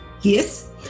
Yes